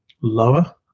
lower